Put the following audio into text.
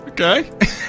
Okay